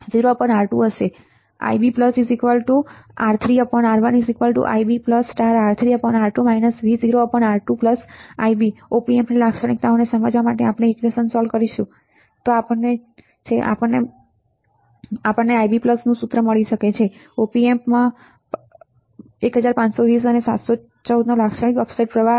Op amp લાક્ષણિકતાઓને સમજવું op amp 1520614 નો લાક્ષણિક ઓફસેટ પ્રવાહ